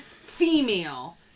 female